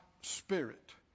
spirit